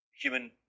human